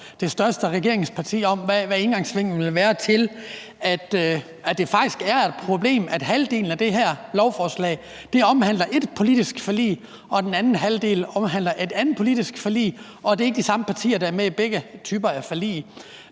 det største regeringsparti om, hvad indgangsvinklen vil være til, at det faktisk er et problem, at halvdelen af det her lovforslag omhandler ét politisk forlig og den anden halvdel omhandler et andet politisk forlig, og at det ikke er de samme partier, der er med i begge forlig.